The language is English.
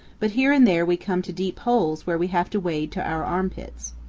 but here and there we come to deep holes where we have to wade to our armpits.